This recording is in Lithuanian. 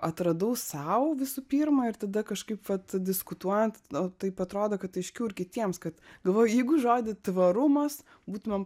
atradau sau visų pirma ir tada kažkaip vat diskutuojant o taip atrodo kad aiškiau ir kitiems kad galvoji jeigu žodį tvarumas būtumėm